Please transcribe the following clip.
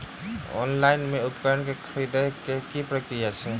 Online मे उपकरण केँ खरीदय केँ की प्रक्रिया छै?